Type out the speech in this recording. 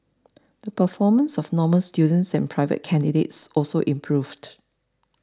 the performance of Normal students and private candidates also improved